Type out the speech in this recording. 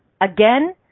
Again